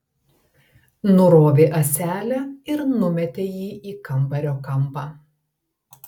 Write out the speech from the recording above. nurovė ąselę ir numetė jį į kambario kampą